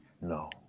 No